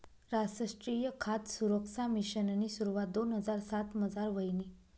रासट्रीय खाद सुरक्सा मिशननी सुरवात दोन हजार सातमझार व्हयनी